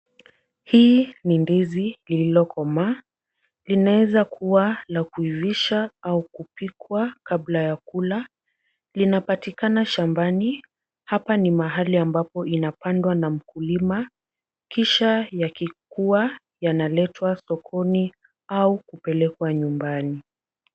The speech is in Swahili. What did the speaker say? Hii ni ndizi lilokomaa, linaweza kuwa la kuivisha au kupikwa kabla ya kula. Linapatikana shambani. Hapa ni mahali ambapo inapandwa na mkulima, kisha yakikuwa yanaletwa sokoni au upelekwa nyumbani.